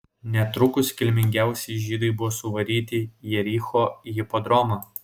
netrukus kilmingiausieji žydai buvo suvaryti į jericho hipodromą